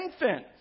infant